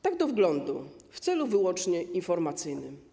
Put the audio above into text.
Tak do wglądu w celu wyłącznie informacyjnym.